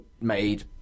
made